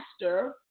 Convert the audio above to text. master